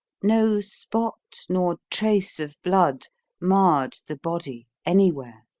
no spot nor trace of blood marred the body anywhere.